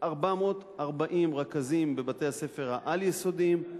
440 רכזים בבתי-הספר העל-יסודיים,